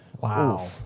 Wow